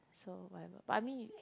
so whatever but I mean